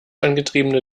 angetriebene